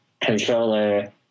controller